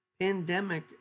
Pandemic